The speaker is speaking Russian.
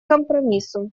компромиссу